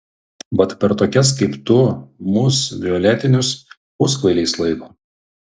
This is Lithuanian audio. vat per tokias kaip tu mus violetinius puskvailiais laiko